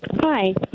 Hi